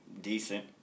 decent